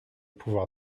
pouvoir